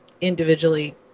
individually